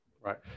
Right